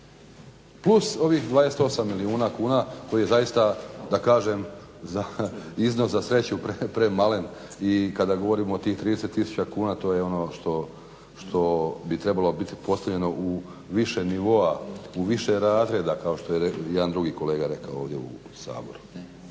Plus ovih 28 milijuna kuna koje zaista da kažem iznos za sreću premalen i kada govorimo o tih 30 000 kuna to je ono što bi trebalo biti postavljeno u više nivoa, u više razreda kao što je jedan drugi kolega rekao ovdje u Saboru.